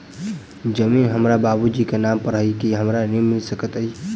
जमीन हमरा बाबूजी केँ नाम पर अई की हमरा ऋण मिल सकैत अई?